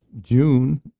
June